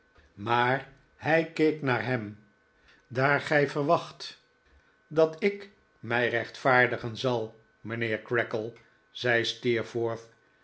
maar hij keek naar hem daar gij verwacht dat ik mij rechtvaardigen zal mijnheer creakle zei